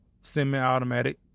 semi-automatic